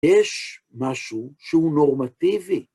יש משהו שהוא נורמטיבי.